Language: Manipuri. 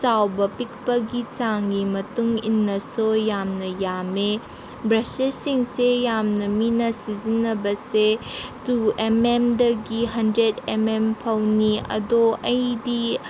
ꯆꯥꯎꯕ ꯄꯤꯛꯄꯒꯤ ꯆꯥꯡꯒꯤ ꯃꯇꯨꯡ ꯏꯟꯅꯁꯨ ꯌꯥꯝꯅ ꯌꯥꯝꯃꯤ ꯕ꯭ꯔꯁꯦꯁꯁꯤꯡꯁꯦ ꯌꯥꯝꯅ ꯃꯤꯅ ꯁꯤꯖꯤꯟꯅꯕꯁꯦ ꯇꯨ ꯑꯦꯝ ꯑꯦꯝꯗꯒꯤ ꯍꯟꯗ꯭ꯔꯦꯠ ꯑꯦꯝ ꯑꯦꯝ ꯐꯥꯎꯅꯤ ꯑꯗꯣ ꯑꯩꯗꯤ